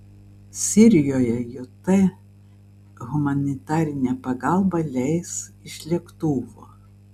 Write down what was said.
sirijoje jt humanitarinę pagalbą leis iš lėktuvo